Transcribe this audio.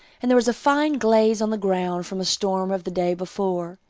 and there was a fine glaze on the ground from a storm of the day before.